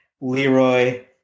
Leroy